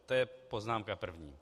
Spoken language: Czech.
To je poznámka první.